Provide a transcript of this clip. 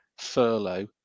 furlough